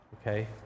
Okay